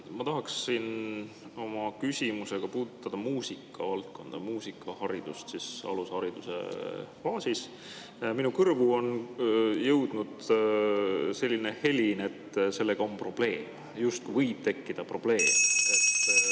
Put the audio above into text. Ma tahaksin oma küsimusega puudutada muusikavaldkonda, muusikaharidust alushariduse faasis. Minu kõrvu on jõudnud selline helin, et sellega on probleem, justkui võib tekkida probleeme.